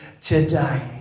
today